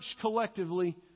collectively